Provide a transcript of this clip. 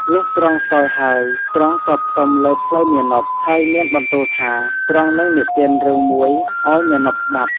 លុះទ្រង់សោយហើយ ទ្រង់ក៏ផ្ទំលើភ្លៅមាណព ហើយមានបន្ទូលថាទ្រង់នឹងនិទានរឿងមួយឱ្យមាណពស្តាប់។